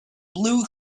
blue